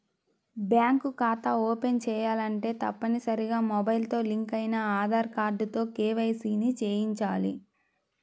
bank ఖాతా open చేయాలంటే తప్పనిసరిగా మొబైల్ తో లింక్ అయిన ఆధార్ కార్డుతో కేవైసీ ని చేయించాలి